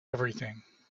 everything